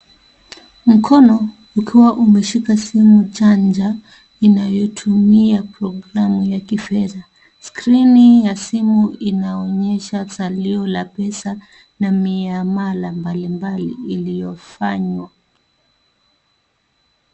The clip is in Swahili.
Mkono ukiwa umeshika simu chanja inayotumia programu ya kifedha. Sikrini ya simu inaonyesha salio la pesa na miamala mbalimbali iliyofanywa